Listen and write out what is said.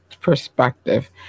perspective